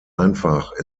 einfach